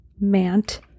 Mant